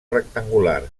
rectangular